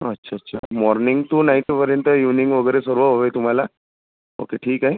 अच्छा अच्छा morning to नाईटपर्यंत इवनिंग वगैरे सर्व हवं आहे तुम्हाला ओके ठीक आहे